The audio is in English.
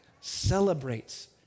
celebrates